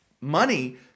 money